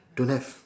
don't have